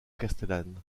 castellane